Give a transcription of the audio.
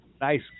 nice